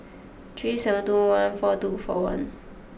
three seven two one four two four one